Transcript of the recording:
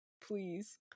Please